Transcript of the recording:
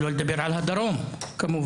שלא נדבר על הדרום כמובן.